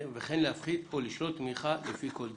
וכן להפחית או לשלול תמיכה לפי כל דין."